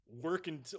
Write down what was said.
working